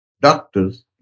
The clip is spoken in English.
doctors